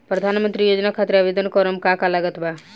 प्रधानमंत्री योजना खातिर आवेदन करम का का लागत बा?